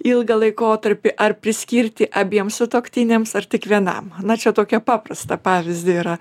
ilgą laikotarpį ar priskirti abiem sutuoktiniams ar tik vienam na čia tokią paprastą pavyzdį yra